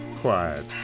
quiet